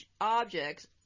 objects